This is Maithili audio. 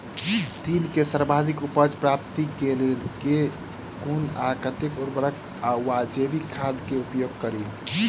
तिल केँ सर्वाधिक उपज प्राप्ति केँ लेल केँ कुन आ कतेक उर्वरक वा जैविक खाद केँ उपयोग करि?